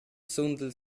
sundel